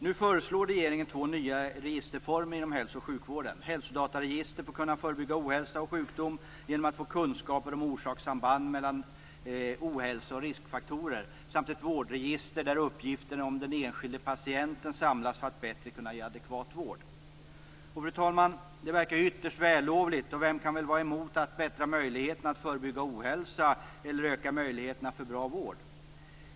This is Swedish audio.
Nu föreslår regeringen två nya registerformer inom hälso och sjukvården: hälsodataregistret för att kunna förebygga ohälsa och sjukdom genom att få kunskaper om orsakssamband mellan ohälsa och riskfaktorer samt ett vårdregister där uppgifter om den enskilde patienten samlas för att man bättre skall kunna ge adekvat vård. Fru talman! Det verkar ju ytterst vällovligt, och vem kan väl vara emot att förbättra möjligheterna att förebygga ohälsa eller öka möjligheterna till bra vård?